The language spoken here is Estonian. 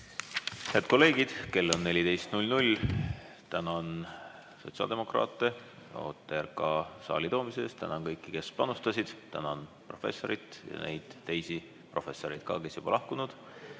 Head kolleegid, kell on 14. Tänan sotsiaaldemokraate OTRK saali toomise eest ja tänan kõiki, kes panustasid. Tänan professorit ja ka neid teisi professoreid, kes on juba lahkunud,